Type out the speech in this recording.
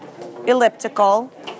elliptical